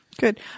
Good